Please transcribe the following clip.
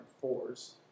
fours